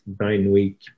nine-week